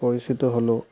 পৰিচিত হ'লোঁ